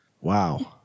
Wow